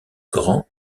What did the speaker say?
grand